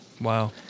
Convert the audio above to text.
Wow